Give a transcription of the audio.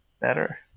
better